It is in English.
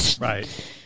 Right